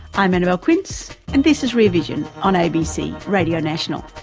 i'm annabelle quince, and this is rear vision on abc radio national.